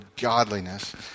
godliness